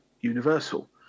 universal